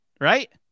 right